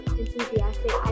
enthusiastic